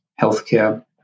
healthcare